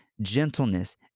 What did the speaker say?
gentleness